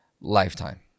lifetime